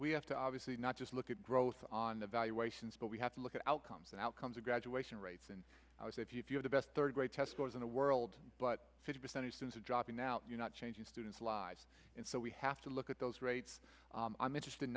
we have to obviously not just look at growth on the valuations but we have to look at outcomes and outcomes of graduation rates and i was if you're the best third grade test scores in the world but fifty percent instance of dropping out you're not changing students lives and so we have to look at those rates i'm interested